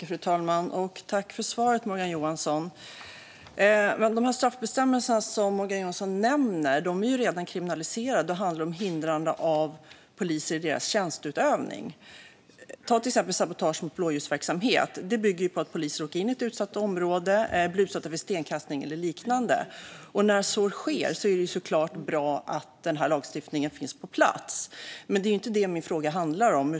Fru talman! Tack, Morgan Johansson, för svaret! De straffbestämmelser som Morgan Johansson nämner är redan införda och handlar om hindrande av poliser i deras tjänsteutövning. Ta till exempel sabotage mot blåljusverksamhet. Det bygger på att poliser åker in i ett utsatt område och blir utsatta för stenkastning eller liknande. När så sker är det förstås bra att vi har denna lagstiftning på plats. Men det är ju inte detta min fråga handlar om.